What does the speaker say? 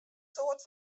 soarte